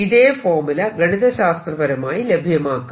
ഇതേ ഫോർമുല ഗണിതശാസ്ത്രപരമായി ലഭ്യമാക്കാം